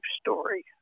story